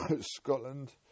Scotland